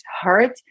hurt